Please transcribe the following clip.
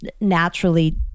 naturally